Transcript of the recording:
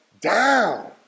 down